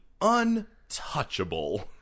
untouchable